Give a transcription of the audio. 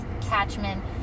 catchment